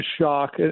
shock